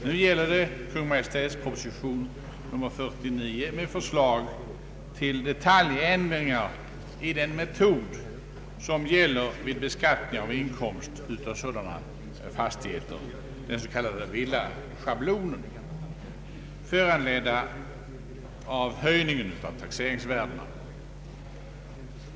Nu gäller det Kungl. Maj:ts proposition nr 49 med förslag till detaljändringar av den metod som tillämpas vid beskattningen för beräkning av inkomst av enoch tvåfamiljsfastigheter, den s.k. villaschablonen, föranledda av höjningen av taxeringsvärdena.